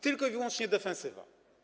Tylko i wyłącznie defensywa.